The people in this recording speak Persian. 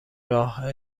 راه